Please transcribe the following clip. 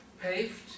paved